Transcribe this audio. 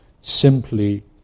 simply